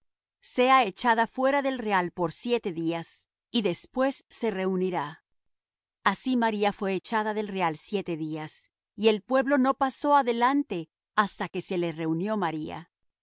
sea echada fuera del real por siete días y después se reunirá así maría fué echada del real siete días y el pueblo no pasó adelante hasta que se le reunió maría